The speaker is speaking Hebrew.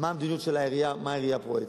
מה המדיניות של העירייה, מה העירייה פועלת.